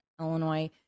Illinois